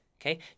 okay